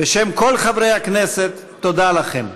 בשם כל חברי הכנסת, תודה לכם.